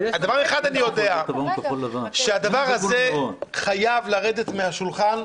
דבר אחד אני יודע שהדבר הזה חייב לרדת מהשולחן,